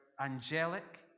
angelic